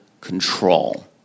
control